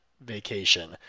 vacation